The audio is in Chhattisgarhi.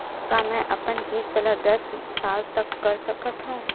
का मैं अपन किस्त ला दस साल तक कर सकत हव?